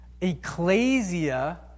Ecclesia